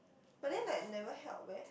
but then like never help eh